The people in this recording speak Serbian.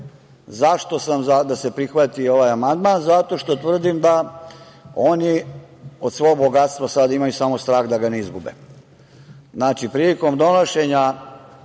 sam - za da se prihvati ovaj amandman, zato što tvrdim da oni od svog bogatstva samo imaju strah da ga ne izgube. Znači, prilikom donošenja